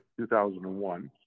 2001